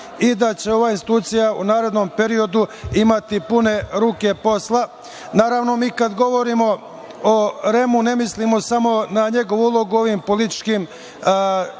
i da će ova institucija u narednom periodu imati pune ruke posla. Naravno, mi kada govorimo o REM-u, ne mislimo samo na njegovu ulogu u ovim političkim emisijama